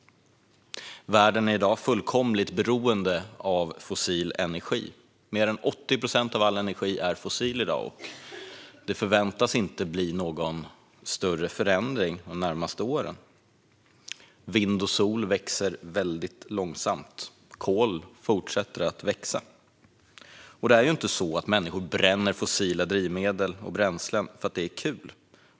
Världen är i dag fullkomligt beroende av fossil energi. Mer än 80 procent av all energi är fossil i dag, och det förväntas inte bli någon större förändring de närmaste åren. Vind och solkraft växer långsamt, och kolkraften fortsätter att växa. Det är inte så att människor bränner fossila drivmedel och bränslen för att det är kul.